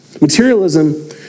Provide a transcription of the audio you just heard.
Materialism